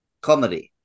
comedy